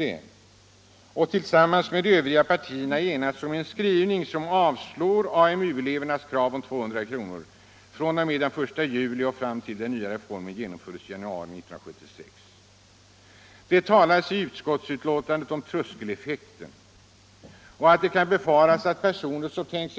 det — och tillsammans med de övriga partierna enats om en skrivning som avvisar AMU-elevernas krav om 200 kr. fr.o.m. den 1 juli och fram till dess den nya reformen genomförs den 1 januari 1976. Det talas i utskottsbetänkandet om tröskeleffekten — att det kan befaras att personer som tänkt